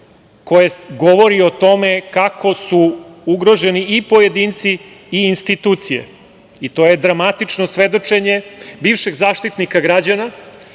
koje govori o tome kako su ugroženi i pojedinci i institucije. To je dramatično svedočenje bivšeg Zaštitnika građana,